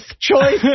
choice